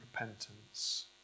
repentance